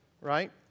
Right